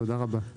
תודה רבה.